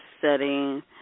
setting